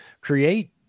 create